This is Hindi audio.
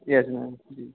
yes ma'am ji